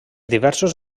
diversos